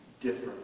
different